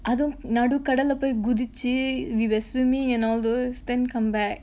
அதும் நடு கடல்ல போய் குதிச்சு:athum nadu kadalla poi kudhichu we were swimming and all those then come back